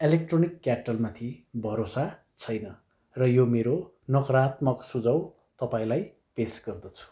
electronic क्याट्टलमाथी भरोसा छैन र यो मेरो नकरात्मक सुझाउ तपाईँलाई पेस गर्दछु